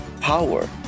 power